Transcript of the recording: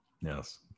yes